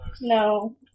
No